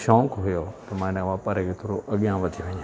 शौक़ु हुयो त मां हिन वापार खे थोरो अॻियां वधायां